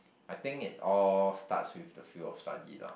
I think it all starts with the field of study lah